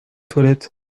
toilettes